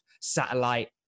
satellite